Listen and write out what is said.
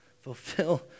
fulfill